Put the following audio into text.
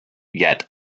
yet